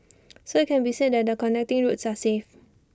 so IT can be said that the connecting routes are safe